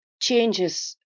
changes